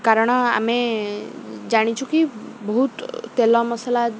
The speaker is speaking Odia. କାରଣ ଆମେ ଜାଣିଛୁ କି ବହୁତ ତେଲ ମସଲା